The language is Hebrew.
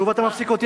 שוב אתה מפסיק אותי,